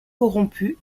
corrompu